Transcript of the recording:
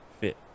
fit